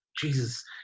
Jesus